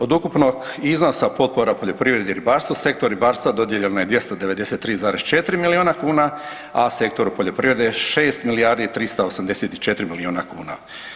Od ukupnog iznosa potpora u poljoprivredi i ribarstvu Sektoru ribarstva dodijeljeno je 293,4 milijuna kuna, a Sektoru poljoprivrede 6 milijardi i 384 milijuna kuna.